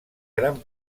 gran